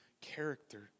character